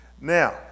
Now